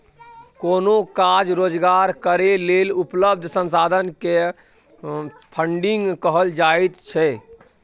कोनो काज रोजगार करै लेल उपलब्ध संसाधन के फन्डिंग कहल जाइत छइ